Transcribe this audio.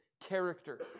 character